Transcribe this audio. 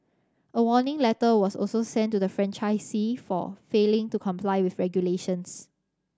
a warning letter was also sent to the franchisee for failing to comply with regulations